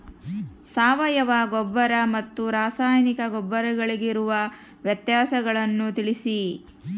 ಸಾವಯವ ಗೊಬ್ಬರ ಮತ್ತು ರಾಸಾಯನಿಕ ಗೊಬ್ಬರಗಳಿಗಿರುವ ವ್ಯತ್ಯಾಸಗಳನ್ನು ತಿಳಿಸಿ?